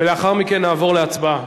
ולאחר מכן נעבור להצבעה.